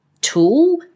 tool